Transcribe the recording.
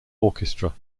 orchestra